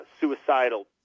suicidal